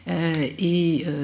et